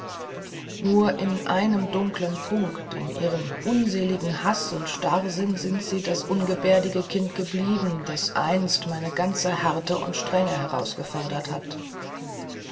nur in einem dunklen punkt in ihrem unseligen haß und starrsinn sind sie das ungebärdige kind geblieben das einst meine ganze härte und strenge herausgefordert hat